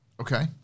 Okay